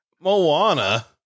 Moana